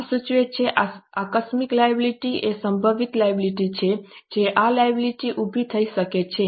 નામ સૂચવે છે કે આકસ્મિક લાયબિલિટી એ સંભવિત લાયબિલિટી છે કે આ લાયબિલિટી ઊભી થઈ શકે છે